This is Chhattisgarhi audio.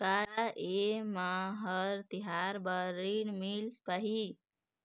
का ये म हर तिहार बर ऋण मिल पाही?